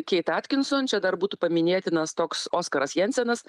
keit atkinson čia dar būtų paminėtinas toks oskaras jensenas